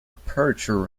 aperture